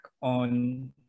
on